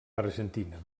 argentina